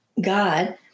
God